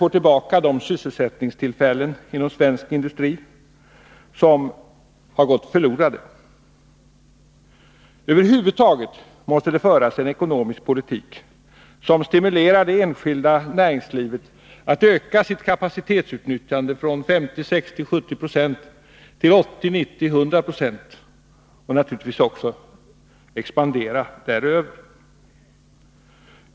får tillbaka de sysselsättningstillfällen inom svensk industri som har gått förlorade. Över huvud taget måste det föras en ekonomisk politik som stimulerar det enskilda näringslivet att öka sitt kapacitetsutnyttjande från 50, 60 eller 70 70 till 80, 90 eller 100 26, och naturligtvis att expandera däröver.